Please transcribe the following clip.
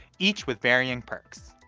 each with varying perks.